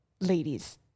Ladies